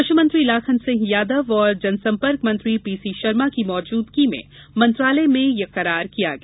पष् मंत्री लाखन सिंह यादव और जनसंपर्क मंत्री पीसी षर्मा की मौजूदगी में मंत्रालय में यह करार किया गया